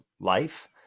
life